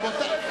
רבותי.